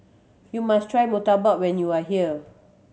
you must try murtabak when you are here